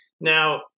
Now